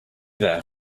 there